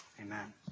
Amen